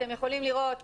אתם יכולים לראות